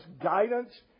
guidance